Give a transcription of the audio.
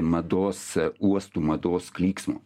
mados uostų mados klyksmo